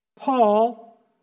Paul